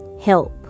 help